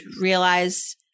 realize